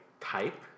type